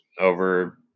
over